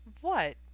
What